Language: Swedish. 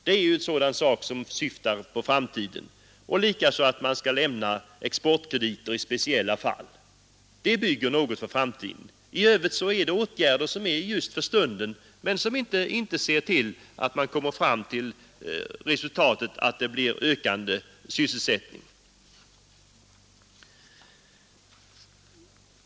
Sådana förslag siktar på framtiden liksom förslaget att man skall lämna exportkrediter i speciella fall. I övrigt är det fråga om åtgärder för stunden som inte innebär en ökande sysselsättning.